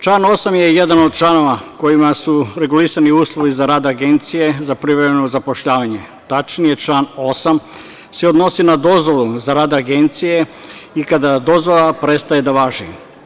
Član 8. je jedan od članova kojima su regulisani uslovi za rad Agencije za privremeno zapošljavanje, tačnije član 8. se odnosi na dozvolu za rad Agencije i kada dozvola prestaje da važi.